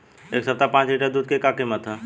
एह सप्ताह पाँच लीटर दुध के का किमत ह?